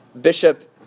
Bishop